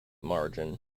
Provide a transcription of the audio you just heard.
margin